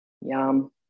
Yum